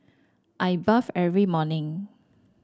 I bathe every morning